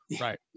Right